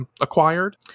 acquired